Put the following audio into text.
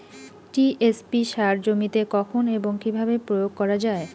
TSP সার জমিতে কখন এবং কিভাবে প্রয়োগ করা য়ায়?